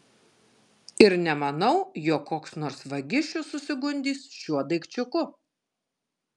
ir nemanau jog koks nors vagišius susigundys šiuo daikčiuku